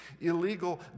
illegal